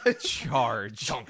Charge